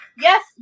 Yes